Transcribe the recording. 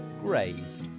Graze